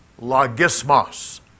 Logismos